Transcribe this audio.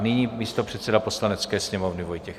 Nyní místopředseda Poslanecké sněmovny Vojtěch Pikal.